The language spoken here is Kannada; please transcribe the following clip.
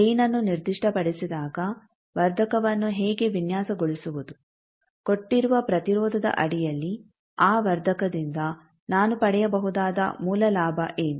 ಗೈನ್ಅನ್ನು ನಿರ್ದಿಷ್ಟಪಡಿಸಿದಾಗ ವರ್ಧಕವನ್ನು ಹೇಗೆ ವಿನ್ಯಾಸಗೊಳಿಸುವುದು ಕೊಟ್ಟಿರುವ ಪ್ರತಿರೋಧದ ಅಡಿಯಲ್ಲಿ ಆ ವರ್ಧಕದಿಂದ ನಾನು ಪಡೆಯಬಹುದಾದ ಮೂಲ ಲಾಭ ಏನು